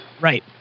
right